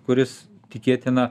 kuris tikėtina